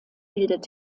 bildet